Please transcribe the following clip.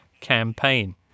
campaign